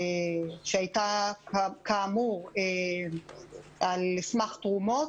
שהייתה כאמור על סמך תרומות,